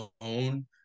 own